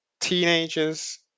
teenagers